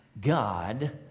God